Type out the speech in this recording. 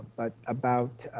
but about